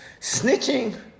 snitching